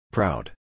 Proud